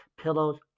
pillows